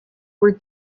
were